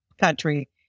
country